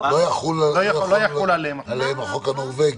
לא יחול עליהם החוק הנורווגי.